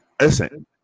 Listen